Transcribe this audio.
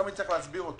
צריך להסביר את